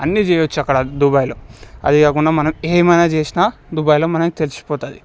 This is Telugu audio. అన్ని చేయొచ్చు అక్కడ దుబాయ్లో అదే కాకుండా మనం ఏమైనా చేసినా దుబాయ్లో మనకు తెలిసిపోతుంది